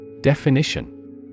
Definition